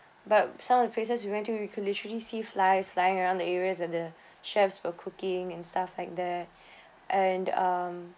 but some of the places we went to we could literally see flies flying around the areas and the chefs were cooking and stuff like that and um